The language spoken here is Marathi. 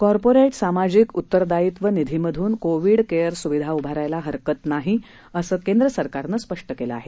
कार्पोरेट सामाजिक उत्तरदायित्व निधीमधून कोविड केअर सुविधा उभारायला हरकत नाही असं केंद्रसरकारने स्पष्ट केलं आहे